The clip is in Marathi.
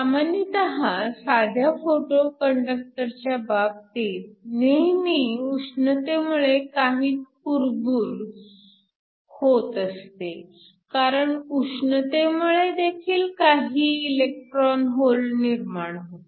सामान्यतः साध्या फोटो कंडक्टरच्या बाबतीत नेहमी उष्णतेमुळे काही कुरबुर होत असते कारण उष्णतेमुळे देखील काही इलेक्ट्रॉन होल निर्माण होतात